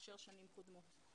מאשר שנים קודמות.